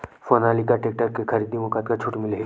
Sonalika tractor के खरीदी मा कतका छूट मीलही?